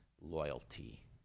loyalty